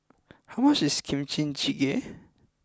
how much is Kimchi Jjigae